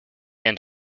and